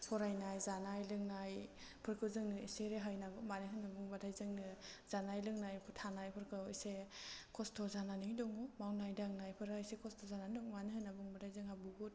फरायनाय जानाय लोंनायफोरखौ जोंनो एसे रेहाय नांगौ मानो होन्नानै बुङोबाथाइ जोंनो जानाय लोंनाय थानायफोरखौ एसे खस्थ' जानानै दङ मावनाय दांनायफोरा एसे खस्थ' जानानै दं मानो होन्नानै बुङोबाथाइ जोंहा बहुद